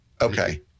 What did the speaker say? Okay